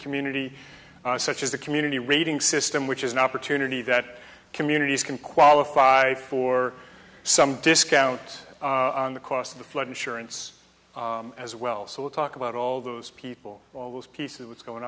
community such as the community rating system which is an opportunity that communities can qualify for some discounts on the cost of the flood insurance as well so we'll talk about all those people all those pieces what's going